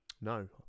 No